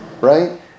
Right